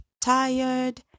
tired